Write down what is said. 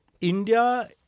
India